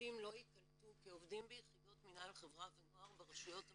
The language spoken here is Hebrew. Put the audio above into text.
העובדים לא ייקלטו כעובדים ביחידות מינהל חברה ונוער ברשויות המקומיות,